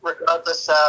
regardless